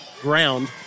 ground